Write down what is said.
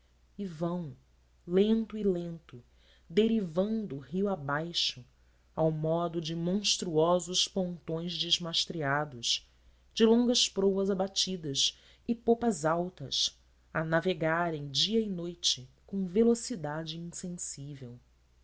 e vão lento e lento derivando rio abaixo ao modo de monstruosos pontões desmastreados de longas proas abatidas e popas altas a navegarem dia e noite com velocidade insensível